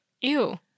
Ew